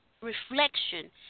reflection